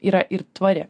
yra ir tvari